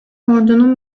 ordunun